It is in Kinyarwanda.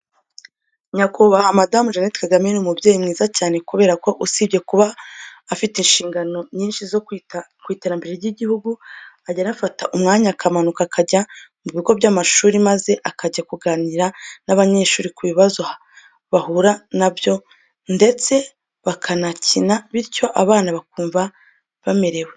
Nyakubahwa Madamu Jeannette Kagame ni umubyeyi mwiza cyane kubera ko usibye kuba aba afite inshingano nyinshi zo kwita ku iterambere ry'igihugu, ajya anafata umwanya akamanuka akajya mu bigo by'amashuri maze akajya kuganira n'abanyeshuri ku bibazo bahura na byo ndetse bakanakina bityo abana bakumva bamerewe.